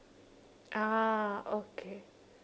ah okay